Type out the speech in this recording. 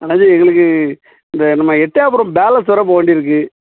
அண்ணாச்சி எங்களுக்கு இந்த நம்ம எட்டயபுரம் பேலஸ் வரை போக வேண்டியிருக்குது